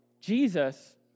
Jesus